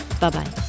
Bye-bye